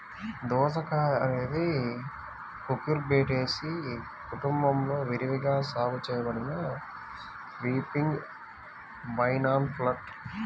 దోసకాయఅనేది కుకుర్బిటేసి కుటుంబంలో విరివిగా సాగు చేయబడిన క్రీపింగ్ వైన్ప్లాంట్